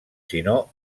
sinó